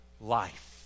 life